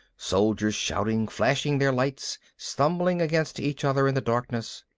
soldiers shouting, flashing their lights, stumbling against each other in the darkness.